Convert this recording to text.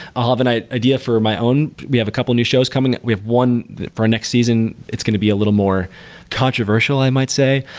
ah have and an idea for my own we have a couple of new shows coming. we have one for our next season. it's going to be a little more controversial i might say.